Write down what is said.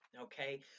okay